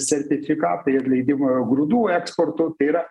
sertifikatai ir leidimųo grūdų eksporto yra